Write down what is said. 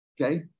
Okay